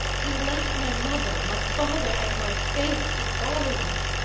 and left my mother, my father, and my faith to follow you.